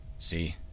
See